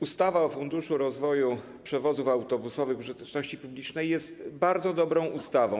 Ustawa o Funduszu rozwoju przewozów autobusowych o charakterze użyteczności publicznej jest bardzo dobrą ustawą.